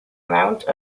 amount